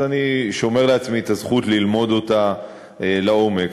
אז אני שומר לעצמי את הזכות ללמוד אותה לעומק.